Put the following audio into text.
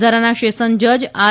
વધારાના સેશન જજ આર